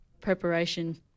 Preparation